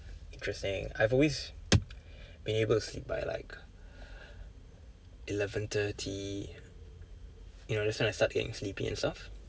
interesting I've always been able to sleep by like eleven thirty you know that's when I start getting sleepy and stuff